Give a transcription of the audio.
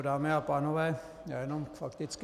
Dámy a pánové, já jenom fakticky.